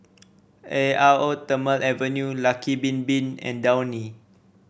Eau Thermale Avene Lucky Bin Bin and Downy